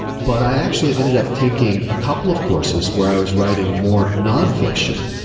but i actually ended up taking a couple of courses where i was writing more nonfiction,